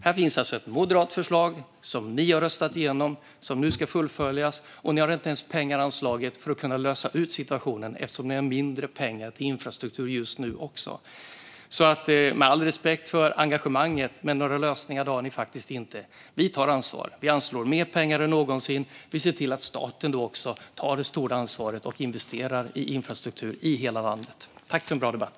Här finns alltså ett moderat förslag som ni har röstat igenom och som nu ska fullföljas, och ni har inte ens anslagit pengar för att kunna lösa situationen. Ni har ju mindre pengar till infrastruktur just nu också. Med all respekt för engagemanget, men några lösningar har ni faktiskt inte. Vi tar ansvar. Vi anslår mer pengar än någonsin. Vi ser till att staten också tar det stora ansvaret och investerar i infrastruktur i hela landet. Tack för en bra debatt!